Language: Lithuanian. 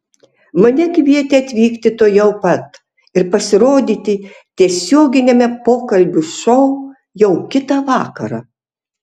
mane kvietė atvykti tuojau pat ir pasirodyti tiesioginiame pokalbių šou jau kitą vakarą